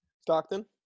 Stockton